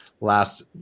last